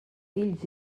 fills